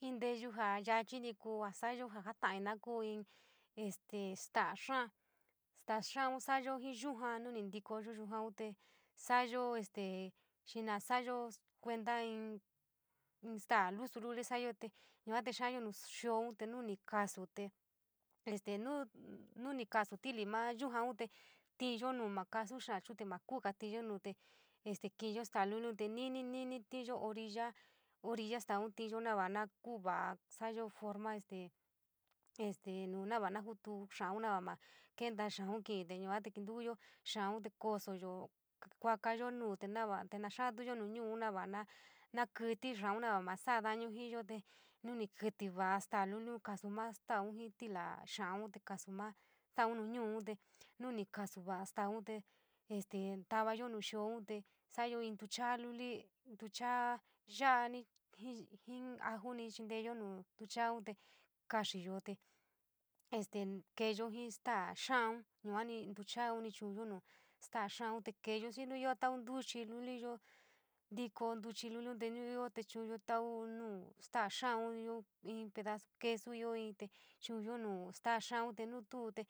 In nteyuu jaa yaachni kuu jaa sa’ayo jaa jataina kuu inn este staa xáá, staa xdáun sa’ayo jii yuja ni ntikoyo yujaaun te sa’ayo este xina sa’ayo kuenta inn, innstaa lusilusi sa’ayo te yua te xiaayo nu jiooun te nu ni kasu te este nu nuni kasu titi maa yujav te ti yo nuu maa skasuyo te maa kuga tiinyo nuu te este ki’inyo este staa luliun te ni’ini, ni’ini ntiyo orilla, orilla staun te nava kuu vaa sa’oyo forma este nuu nava jakutuu xa’aun nava maa kenta xa’aun ki’i yuate kintuyo xa’au te kosoyo kuakayo nou te nava, te na xaatuyo nu ñuun nava na na kítí va’a staa luliun, kasu maa staaun jii’ iliaun xa’aun te kasu maa staun nu jiooun te sa’ayo in ntuchaa luli, ntuchaa ya’ ani jii, jii in ajuni chinteeyo nu ntucha’aun te kaaxiyo te este keeyo jii staa xaaau, yuani ntucha’aun chu’uyo nu staa xa’aun te keeyo te xii nu ioo tau ntuchiluliyo, ntiko ntuchi luliun te ñuuyo te chu’uyo in tau nu staa xaaun, nuu ioo in pedasu quesu ioo inn te chu’unyo nuu staa xa’ aun te nu tuu te